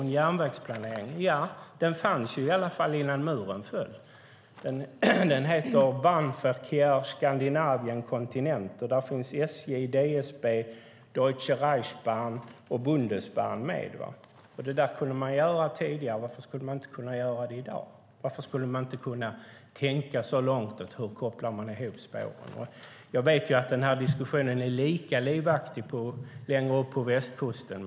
En järnvägsplanering fanns i alla fall innan muren föll. Den heter Bahnverkehr Skandinavien-Kontinent. Där finns SJ, DSB, Deutsche Reichsbahn och Bundesbahn med. Det kunde man göra tidigare, varför skulle man inte kunna göra det i dag? Varför skulle man inte kunna tänka så långt som till hur man kopplar ihop spåren? Jag vet att den här diskussionen är lika livaktig på västkusten.